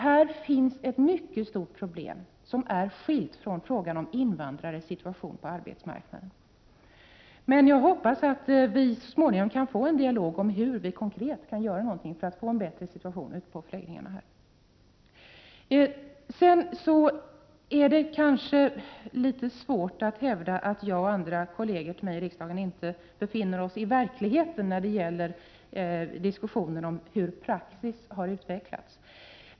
Här finns ett mycket stort problem som är skilt från frågan om invandrarnas situation på arbetsmarknaden. Jag hoppas att vi så småningom kan få en dialog om hur vi konkret kan göra något för att få en bättre situation på förläggningarna. Sedan är det kanske litet svårt att hävda att jag och en del kolleger till mig i riksdagen inte befinner oss i verkligheten när det gäller diskussionen om hur praxis har utvecklats.